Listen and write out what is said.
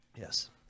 Yes